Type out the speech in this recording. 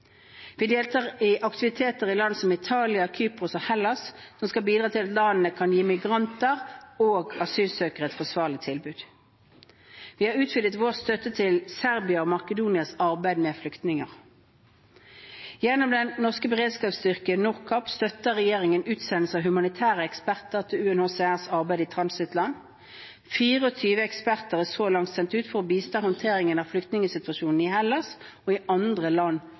Vi deltar i aktiviteter i land som Italia, Kypros og Hellas som skal bidra til at landene kan gi migranter og asylsøkere et forsvarlig tilbud. Vi har utvidet vår støtte til Serbias og Makedonias arbeid med flyktninger. Gjennom den norske beredskapsstyrken NORCAP støtter regjeringen utsendelse av humanitære eksperter til UNHCRs arbeid i transittland. 24 eksperter er så langt sendt ut for å bistå i håndteringen av flyktningsituasjonen i Hellas og i andre land